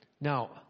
Now